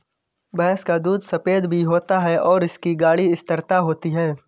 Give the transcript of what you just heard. भैंस का दूध सफेद भी होता है और इसकी गाढ़ी स्थिरता होती है